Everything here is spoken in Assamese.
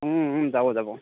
যাব যাব